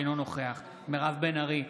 אינו נוכח מירב בן ארי,